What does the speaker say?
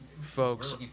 folks